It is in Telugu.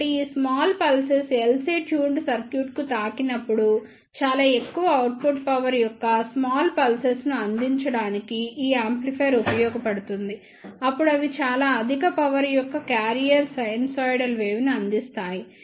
కాబట్టి ఈ స్మాల్ పల్సెస్ LC ట్యూన్డ్ సర్క్యూట్కు తాకినప్పుడు చాలా ఎక్కువ అవుట్పుట్ పవర్ యొక్క స్మాల్ పల్సెస్ లను అందించడానికి ఈ యాంప్లిఫైయర్ ఉపయోగించబడుతుంది అప్పుడు అవి చాలా అధిక పవర్ యొక్క క్యారియర్ సైనూసోయిడల్ వేవ్ ని అందిస్తాయి